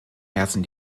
herzen